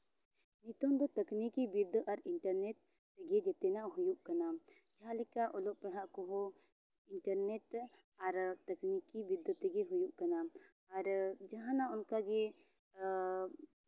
ᱧᱩᱛᱩᱢ ᱫᱚ ᱛᱟᱠᱱᱤᱠᱤ ᱵᱤᱨᱫᱟᱹ ᱟᱨ ᱤᱱᱴᱟᱨᱱᱮᱴ ᱜᱮ ᱡᱚᱛᱚᱱᱟᱜ ᱦᱩᱭᱩᱜ ᱠᱟᱱᱟ ᱡᱟᱦᱟᱸ ᱞᱮᱠᱟ ᱚᱞᱚᱜ ᱯᱟᱲᱦᱟᱜ ᱠᱚᱦᱚᱸ ᱤᱱᱴᱟᱨᱱᱮᱴ ᱛᱮ ᱟᱨ ᱛᱟᱠᱱᱤᱠᱤ ᱵᱤᱫᱽᱫᱟᱹ ᱛᱮᱜᱮ ᱦᱩᱭᱩᱜ ᱠᱟᱱᱟ ᱟᱨ ᱡᱟᱦᱟᱱᱟᱜ ᱚᱱᱠᱟᱜᱮ